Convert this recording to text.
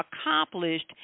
accomplished